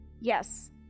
Yes